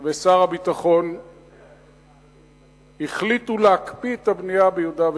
ושר הביטחון החליטו להקפיא את הבנייה ביהודה ושומרון.